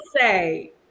say